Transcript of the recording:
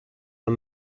los